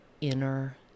inner